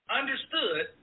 understood